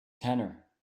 tenor